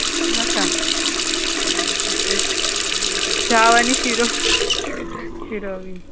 नाका चाव आनी शिरो शिरो बीन